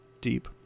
deep